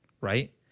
right